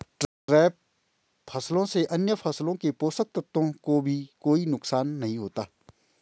trap फसलों से अन्य फसलों के पोषक तत्वों को भी कोई नुकसान नहीं होता